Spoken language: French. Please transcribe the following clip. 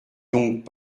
donc